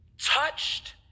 touched